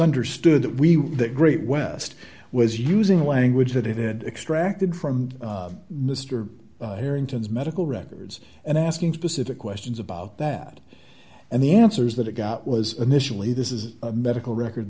understood that we were that great west was using language that it extracted from mr harrington's medical records and asking specific questions about that and the answers that it got was initially this is a medical record